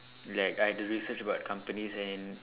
like I have to research about companies and